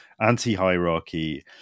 anti-hierarchy